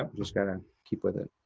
um just gotta and keep with it.